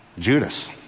Judas